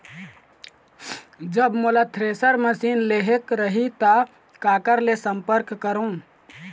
जब मोला thresher machine लेहेक रही ता काकर ले संपर्क करों?